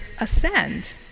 ascend